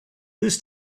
this